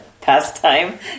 pastime